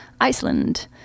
Iceland